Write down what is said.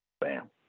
Bam